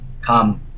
come